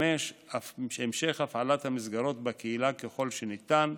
5. המשך הפעלת המסגרות בקהילה ככל שניתן,